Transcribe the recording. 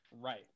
right